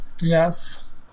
yes